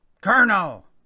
Colonel